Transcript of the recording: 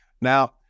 Now